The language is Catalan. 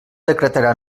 decretarà